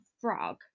frog